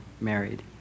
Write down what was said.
married